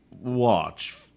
watch